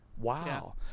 Wow